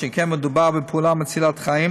שכן מדובר בפעולה מצילת חיים